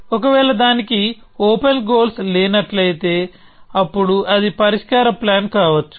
ఒకవేళ దానికి open goals లేనట్లయితే అప్పుడు అది పరిష్కార ప్లాన్ కావొచ్చు